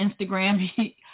Instagram